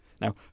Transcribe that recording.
Now